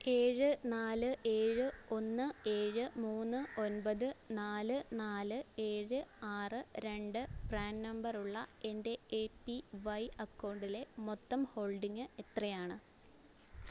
ഏഴ് നാല് ഏഴ് ഒന്ന് ഏഴ് മൂന്ന് ഒൻപത് നാല് നാല് ഏഴ് ആറ് രണ്ട് പ്രാൻ നമ്പറുള്ള എൻ്റെ എ പി വൈ അക്കൗണ്ടിലെ മൊത്തം ഹോൾഡിംഗ് എത്രയാണ്